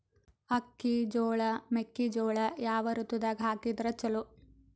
ಅಕ್ಕಿ, ಜೊಳ, ಮೆಕ್ಕಿಜೋಳ ಯಾವ ಋತುದಾಗ ಹಾಕಿದರ ಚಲೋ?